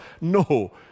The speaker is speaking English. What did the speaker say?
No